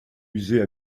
musée